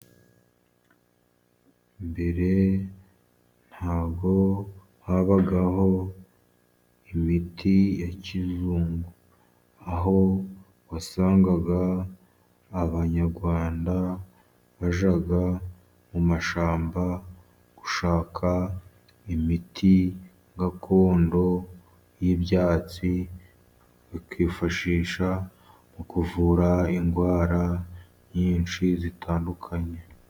Mbere ntabwo habagaho imiti ya kizungu, aho wasangaga abanyarwanda bajya mu mashamba, gushaka imiti gakondo y'ibyatsi, bikifashishwa mu kuvura indwara nyinshi zitandukanye.